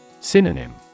Synonym